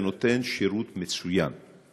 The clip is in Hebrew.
זה נותן שירות מצוין.